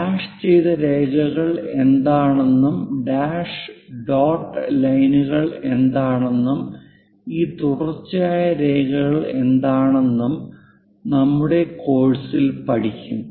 dash ചെയ്ത രേഖകൾ എന്താണെന്നും ഡാഷ് ഡോട്ട് ലൈനുകൾ എന്താണെന്നും ഈ തുടർച്ചയായ രേഖകൾ എന്തൊക്കെയാണെന്നും നമ്മുടെ കോഴ്സിൽ പഠിക്കും